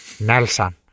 Nelson